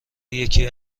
یکی